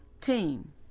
team